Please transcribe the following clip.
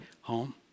home